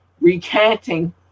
recanting